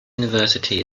university